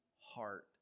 heart